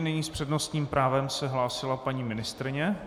Nyní s přednostním právem se hlásila paní ministryně.